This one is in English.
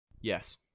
Yes